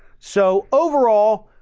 so overall,